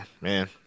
man